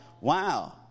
wow